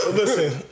listen